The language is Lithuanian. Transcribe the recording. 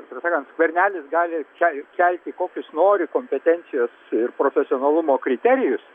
tiesą sakant skvernelis gali kel kelti kokius nori kompetencijos ir profesionalumo kriterijus